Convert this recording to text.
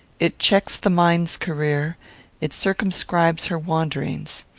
it checks the mind's career it circumscribes her wanderings.